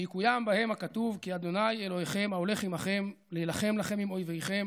ויקוים בהם הכתוב: כי ה' אלוהיכם ההולך עימכם להילחם לכם עם אויביכם